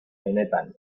benetan